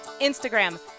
Instagram